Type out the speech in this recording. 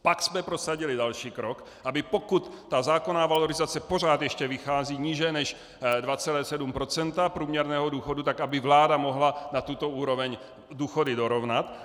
Pak jsme prosadili další krok, aby pokud ta zákonná valorizace pořád ještě vychází níže než 2,7 % průměrného důchodu, tak aby vláda mohla na tuto úroveň důchody dorovnat.